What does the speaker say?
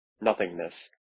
nothingness